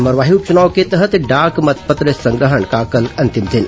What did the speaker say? मरवाही उपचुनाव के तहत डाक मतपत्र संग्रहण का कल अंतिम दिन